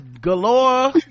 galore